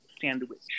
sandwich